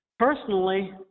Personally